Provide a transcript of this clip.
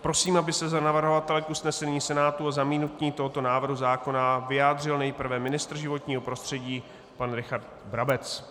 Prosím, aby se za navrhovatele k usnesení Senátu a zamítnutí tohoto návrhu zákona vyjádřil nejprve ministr životního prostředí pan Richard Brabec.